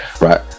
right